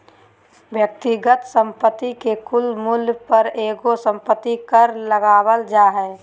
व्यक्तिगत संपत्ति के कुल मूल्य पर एगो संपत्ति कर लगावल जा हय